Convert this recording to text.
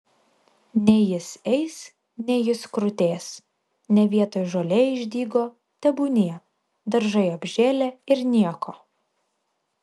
nei jis eis nei jis krutės ne vietoj žolė išdygo tebūnie daržai apžėlę ir nieko